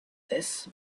this